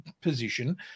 position